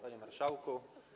Panie Marszałku!